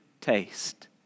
taste